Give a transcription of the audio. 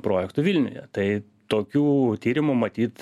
projektu vilniuje tai tokių tyrimų matyt